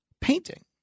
painting